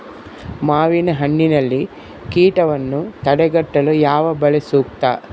ಮಾವಿನಹಣ್ಣಿನಲ್ಲಿ ಕೇಟವನ್ನು ತಡೆಗಟ್ಟಲು ಯಾವ ಬಲೆ ಸೂಕ್ತ?